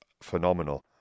phenomenal